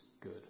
good